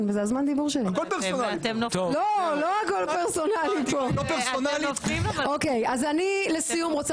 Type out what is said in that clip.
הצבעה בעד, 6 נגד, 9 נמנעים, אין לא אושר.